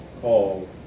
called